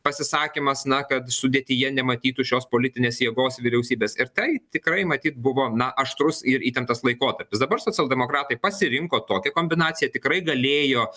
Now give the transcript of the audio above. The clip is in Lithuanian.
pasisakymas na kad sudėtyje nematytų šios politinės jėgos vyriausybės ir tai tikrai matyt buvo na aštrus ir įtemptas laikotarpis dabar socialdemokratai pasirinko tokią kombinaciją tikrai galėjo